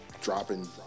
dropping